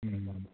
अँ